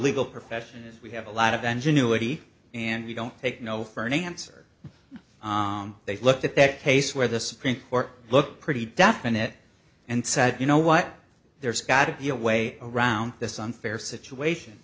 legal profession is we have a lot of the ingenuity and we don't take no for an answer they looked at that case where the supreme court looked pretty definite and said you know what there's got to be a way around this unfair situation